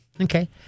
okay